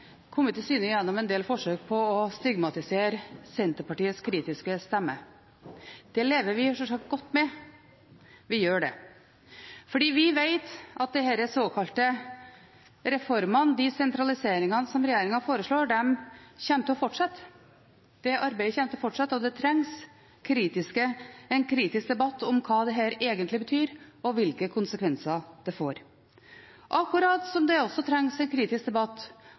gjennom en del forsøk på å stigmatisere Senterpartiets kritiske stemme. Det lever vi sjølsagt godt med, vi gjør det. Vi vet at arbeidet med disse såkalte reformene, de sentraliseringene som regjeringen foreslår, kommer til å fortsette, og det trengs en kritisk debatt om hva dette egentlig betyr, og hvilke konsekvenser det får, akkurat som det også trengs en kritisk debatt